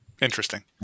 Interesting